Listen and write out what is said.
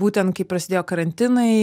būtent kai prasidėjo karantinai